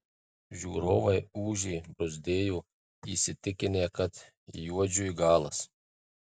žiūrovai ūžė bruzdėjo įsitikinę kad juodžiui galas